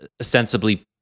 ostensibly